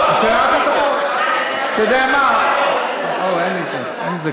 לא ייתנו